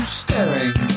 staring